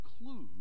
include